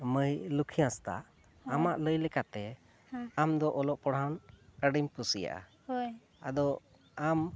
ᱢᱟᱹᱭ ᱞᱩᱠᱷᱤ ᱦᱟᱸᱥᱫᱟ ᱟᱢᱟᱜ ᱞᱟᱹᱭ ᱞᱮᱠᱟᱛᱮ ᱟᱢᱫᱚ ᱚᱞᱚᱜᱼᱯᱟᱲᱦᱟᱣ ᱟᱹᱰᱤᱢ ᱠᱩᱥᱤᱭᱟᱜᱼᱟ ᱟᱫᱚ ᱟᱢ